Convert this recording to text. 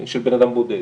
של בן אדם בודד.